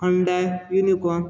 Honda unicorn